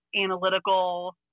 analytical